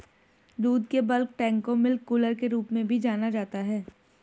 दूध के bulk tank को मिल्क कूलर के रूप में भी जाना जाता है